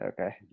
okay